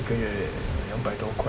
一个月两百多块